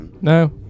No